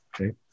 Okay